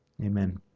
Amen